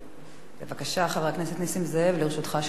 בבקשה, חבר הכנסת נסים זאב, לרשותך שלוש דקות.